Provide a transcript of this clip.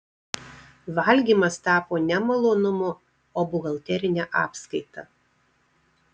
valgymas tapo ne malonumu o buhalterine apskaita